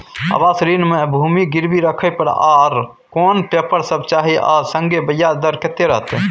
आवास ऋण म भूमि गिरवी राखै पर आर कोन पेपर सब चाही आ संगे ब्याज दर कत्ते रहते?